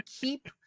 keep